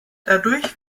dadurch